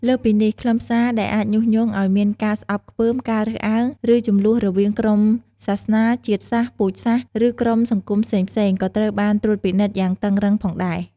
លើសពីនេះ ខ្លឹមសារដែលអាចញុះញង់ឲ្យមានការស្អប់ខ្ពើម ការរើសអើង ឬជម្លោះរវាងក្រុមសាសនា ជាតិសាសន៍ ពូជសាសន៍ ឬក្រុមសង្គមផ្សេងៗ ក៏ត្រូវបានត្រួតពិនិត្យយ៉ាងតឹងរ៉ឹងផងដែរ។